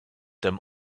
them